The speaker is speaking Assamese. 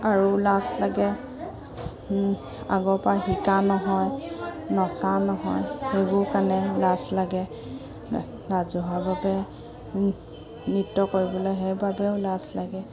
আৰু লাজ লাগে আগৰ পৰা শিকা নহয় নচা নহয় সেইবোৰ কাৰণে লাজ লাগে ৰাজহুৱাভাৱে নৃত্য কৰিবলৈ সেইবাবেও লাজ লাগে